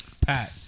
Pat